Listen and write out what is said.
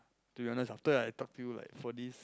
to be honest after I talk to you like for this